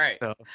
Right